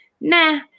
nah